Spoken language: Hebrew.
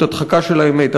הדחקה של האמת,